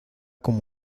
como